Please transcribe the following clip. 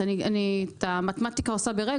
את המתמטיקה אני עושה ברגע,